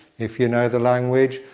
if you know the language,